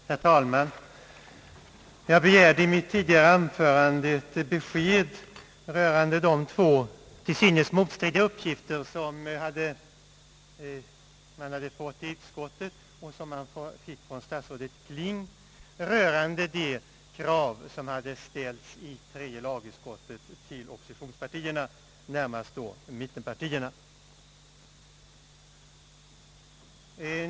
Herr talman! Jag begärde i mitt tidigare anförande ett besked rörande de två till synes motstridiga uppgifter, som man hade fått i utskottet och som man fick av herr statsrådet Kling rörande det krav, som hade ställts i tredje lagutskottet till oppositionspartierna, närmast då mittenpartierna.